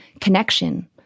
connection